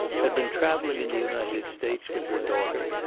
had been travelling in the united states with her daughter,